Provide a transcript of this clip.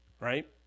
Right